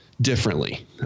differently